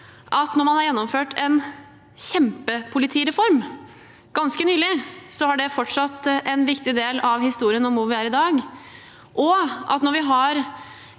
at når man har gjennomført en kjempepolitireform, ganske nylig, er det fortsatt en viktig del av historien om hvor vi er i dag, og at når vi har